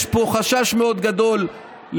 יש פה גם חשש מאוד גדול לכניסה